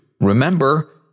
Remember